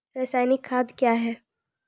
रसायनिक खाद कया हैं?